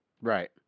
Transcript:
Right